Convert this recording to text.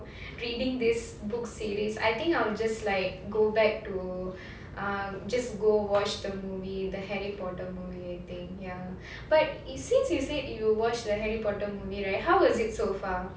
reading this book series I think I'm just like go back to ah just go watch the movie the harry potter movie I think ya but since you said you watched the harry potter movie right how is it so far